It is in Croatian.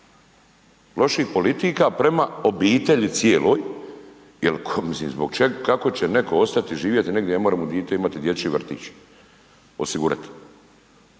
Loših politika prema obitelji cijeloj, jer mislim zbog čega, kako će netko ostati živjeti negdje ne more mu dite imati dječji vrtić, osigurati,